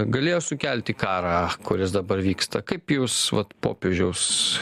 galėjo sukelti karą kuris dabar vyksta kaip jūs vat popiežiaus